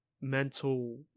mental